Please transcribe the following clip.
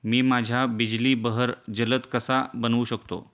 मी माझ्या बिजली बहर जलद कसा बनवू शकतो?